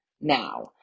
now